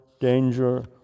danger